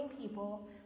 people